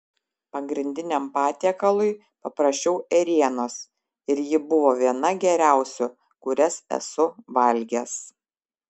pagrindiniam patiekalui paprašiau ėrienos ir ji buvo viena geriausių kurias esu valgęs